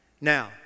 Now